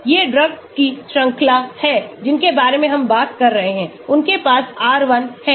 ये ड्रग्स की श्रृंखला हैं जिनके बारे में हम बात कर रहे हैं उनके पास R1 है